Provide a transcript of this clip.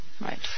right